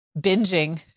binging